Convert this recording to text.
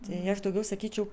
tai aš daugiau sakyčiau